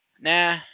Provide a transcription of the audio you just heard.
nah